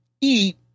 eat